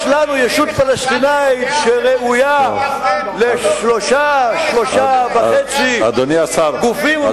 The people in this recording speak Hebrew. יש לנו ישות פלסטינית שראויה לשלושה וחצי גופים ומדינות.